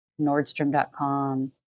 Nordstrom.com